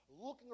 looking